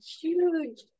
huge